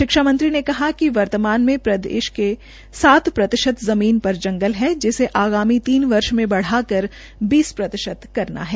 शिक्षा मंत्री ने कहा कि वर्तमान प्रदेश में सात प्रतिशत ज़मीन पर जंगल है जिसे आगामी तीन वर्षो में बढ़ाकर बीस प्रतिशत करना है